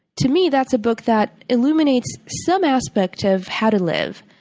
to me, that's a book that illuminates some aspect of how to live,